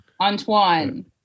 Antoine